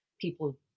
people